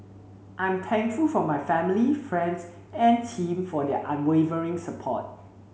I'm thankful for my family friends and team for their unwavering support